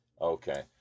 Okay